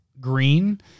Green